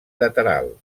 lateral